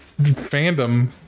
fandom